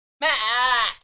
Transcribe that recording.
Matt